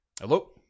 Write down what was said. Hello